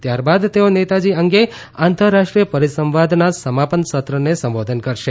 ત્યારબાદ તેઓ નેતાજી અંગે આંતરરાષ્ટ્રીય પરિસંવાદના સમાપન સત્રને સંબોધશે